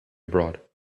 abroad